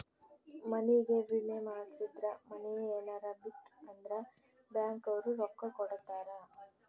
ಮನಿಗೇ ವಿಮೆ ಮಾಡ್ಸಿದ್ರ ಮನೇ ಯೆನರ ಬಿತ್ ಅಂದ್ರ ಬ್ಯಾಂಕ್ ಅವ್ರು ರೊಕ್ಕ ಕೋಡತರಾ